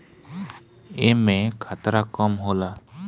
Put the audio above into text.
एमे खतरा कम होला